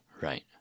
Right